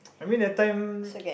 I mean that time